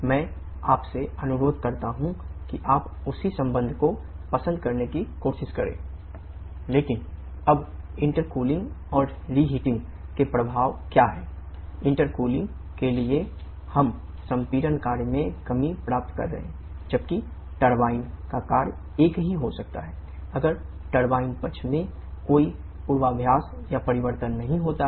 मैं आपसे अनुरोध करता हूं कि आप उसी संबंध को पसंद करने की कोशिश करें T3 T5 लेकिन अब इंटेरकूलिंग पक्ष में कोई पूर्वाभ्यास या परिवर्तन नहीं होता है